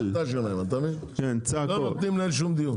לא נותנים לנהל שום דיון.